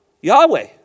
Yahweh